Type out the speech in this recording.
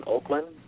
Oakland